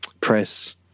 press